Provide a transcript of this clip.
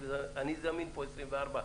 אני זמין פה 24,